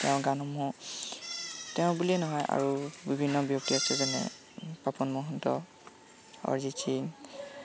তেওঁৰ গানসমূহ তেওঁ বুলিয়েই নহয় আৰু বিভিন্ন ব্যক্তি আছে যেনে পাপন মহন্ত অৰিজিত সিং